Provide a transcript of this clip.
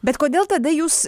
bet kodėl tada jūs